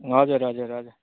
हजुर हजुर हजुर